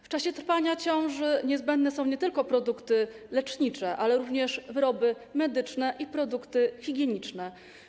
W czasie trwania ciąży niezbędne są nie tylko produkty lecznicze, ale również wyroby medyczne i produkty higieniczne.